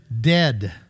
dead